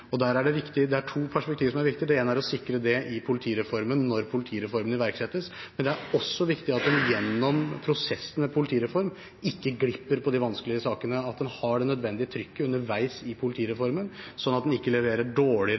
Og der er det to perspektiver som er viktig: det ene er å sikre det i politireformen når politireformen iverksettes, men det er også viktig at en gjennom prosessen med politireform ikke glipper på de vanskelige sakene, at en har det nødvendige trykket underveis i politireformen, slik at en ikke leverer dårligere